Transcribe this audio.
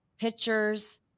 pictures